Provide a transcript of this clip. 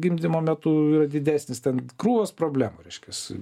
gimdymo metu yra didesnis ten krūvos problemų reiškias